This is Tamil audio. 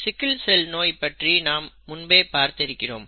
சிக்கில் செல் நோய் பற்றி நாம் முன்பே பார்த்திருக்கிறோம்